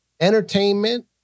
entertainment